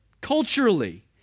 culturally